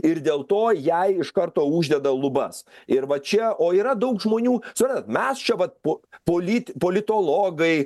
ir dėl to jai iš karto uždeda lubas ir va čia o yra daug žmonių suprantat mes čia vat po polit politologai